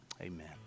amen